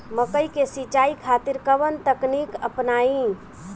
मकई के सिंचाई खातिर कवन तकनीक अपनाई?